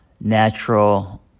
natural